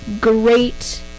great